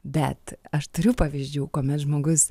bet aš turiu pavyzdžių kuomet žmogus